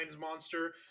monster